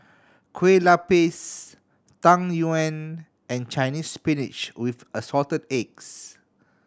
Kueh Lupis Tang Yuen and Chinese Spinach with Assorted Eggs